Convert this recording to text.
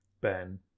Ben